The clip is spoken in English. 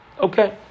okay